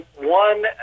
one